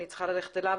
ואני צריכה ללכת אליו.